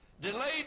delayed